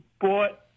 bought